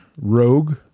rogue